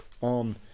on